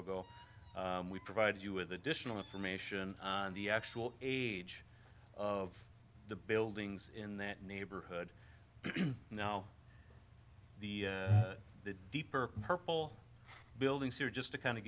ago we provided you with additional information on the actual age of the buildings in that neighborhood now the deeper purple buildings here just to kind of